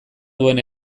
duen